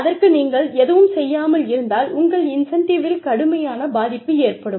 அதற்கு நீங்கள் எதுவும் செய்யாமல் இருந்தால் உங்கள் இன்செண்டிவ்வில் கடுமையான பாதிப்பு ஏற்படும்